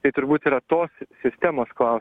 tai turbūt yra tos sistemos klau